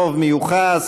רוב מיוחס).